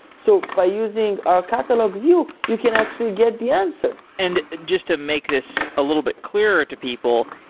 so by using our catalog view, you can actually get the answer. and just to make this a little bit clearer to people,